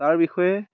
তাৰ বিষয়ে